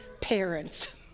parents